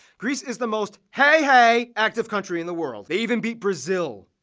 greece is the most hey-hey active country in the world. they even beat brazil.